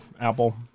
apple